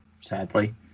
sadly